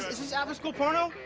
is this after-school porno?